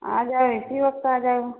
आ जाओ इसी वक्त आ जाओ